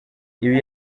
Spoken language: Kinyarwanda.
ibi